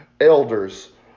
elders